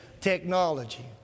technology